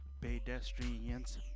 Pedestrians